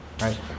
right